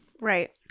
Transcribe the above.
right